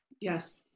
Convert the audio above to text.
Yes